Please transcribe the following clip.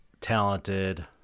talented